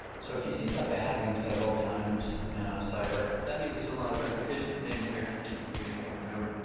so if you see something happening several times in a cipher, that means there's a lot of repetition. same character keeps appearing over and over,